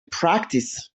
practice